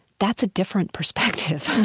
that's a different perspective.